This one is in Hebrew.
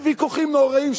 בוויכוחים נוראים,